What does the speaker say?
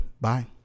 bye